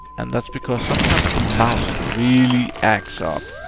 and that's because sometimes the mouse really acts up,